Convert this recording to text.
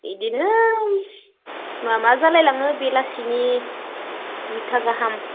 इदिनो माबा जालायलाङो बेलासिनि दुइथा गाहाम